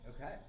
Okay